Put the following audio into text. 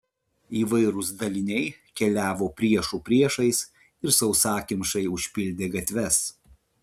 įvairūs daliniai keliavo priešų priešais ir sausakimšai užpildė gatves